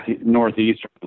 Northeastern